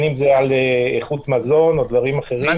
אם זה על איכות המזון ואם זה על דברים אחרים,